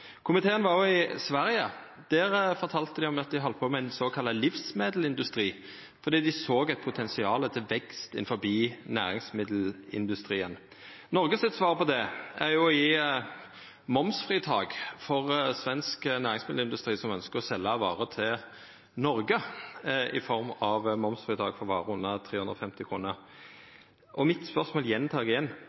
Komiteen var òg i Sverige. Der fortalte dei at dei heldt på med livsmedelindustrien, fordi dei såg eit potensial for vekst innanfor næringsmiddelindustrien. Noregs svar på det, er å gje momsfritak for svensk næringsmiddelindustri som ønskjer å selja varer til Noreg, i form av momsfritak for varer under 350 kr. Eg gjentek spørsmålet mitt